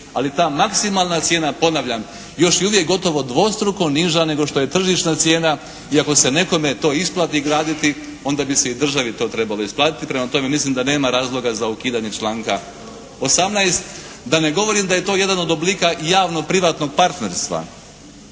ali ta maksimalna cijena, ponavljam, još je uvijek gotovo dvostruko niža nego što je tržišna cijena i ako se nekome to isplati graditi onda bi se i državi to trebalo isplatiti. Prema tome mislim da nema razloga za ukidanje članka 18. Da ne govorim da je to jedan od oblika javno-privatnog partnerstva